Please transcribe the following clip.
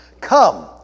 come